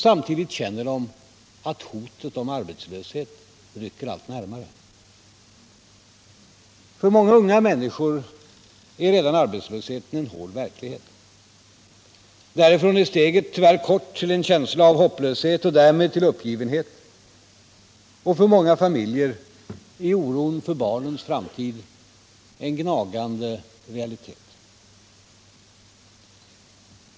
Samtidigt känner de att hotet om arbetslöshet rycker allt närmare. För många unga människor är redan arbetslösheten en hård verklighet. Därifrån är steget tyvärr kort till en känsla av hopplöshet och därmed uppgivenhet. I många familjer är oron för barnens framtid en gnagande realitet.